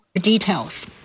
details